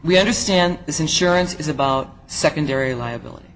we understand this insurance is about secondary liability